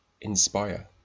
inspire